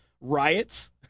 riots